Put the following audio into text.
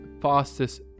fastest